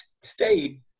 stayed